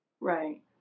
Right